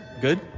good